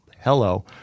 hello